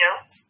Yes